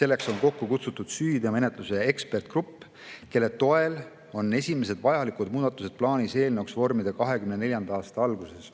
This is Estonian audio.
Selleks on kokku kutsutud süüteomenetluse ekspertgrupp, kelle toel on plaanis esimesed vajalikud muudatused eelnõuks vormida 2024. aasta alguses.